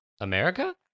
America